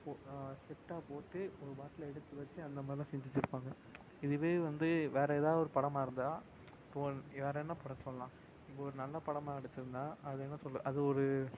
போ செட்டாகப் போட்டு ஒரு பாட்டில் எடுத்து வச்சு அந்த மாதிரிலாம் செஞ்சு வச்சுருப்பாங்க இதுவே வந்து வேறு எதாவது ஒரு படமாக இருந்தால் போகிற வேறு என்ன படம் சொல்லாம் இப்போ ஒரு நல்லப் படமாக எடுத்துருந்தால் அதை என்ன சொல்ல அது ஒரு